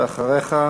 ואחריך,